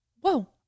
Whoa